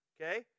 Okay